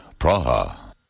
Praha